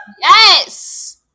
Yes